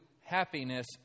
happiness